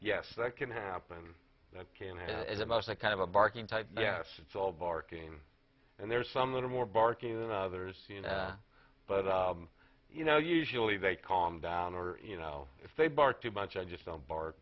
happen that can happen is a must a kind of a barking type yes it's all barking and there's some little more barking and others you know but you know usually they calm down or you know if they bark too much i just don't bark